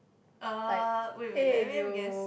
uh wait wait let me let me guess